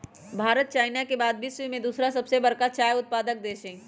Bharat China के बाद विश्व में दूसरा सबसे बड़का चाय उत्पादक देश हई